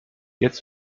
jetzt